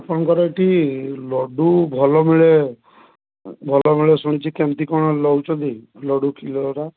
ଆପଣଙ୍କର ଏଠି ଲଡ଼ୁ ଭଲ ମିଳେ ଭଲ ମିଳେ ଶୁଣିଛି କେମିତି କ'ଣ ନେଉଛନ୍ତି ଲଡ଼ୁ କିଲୋର